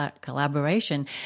Collaboration